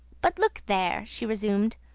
but look there! she resumed.